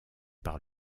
par